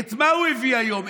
את מה הוא הביא היום,